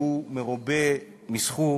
שהוא מרובה מסחור,